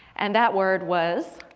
and that word was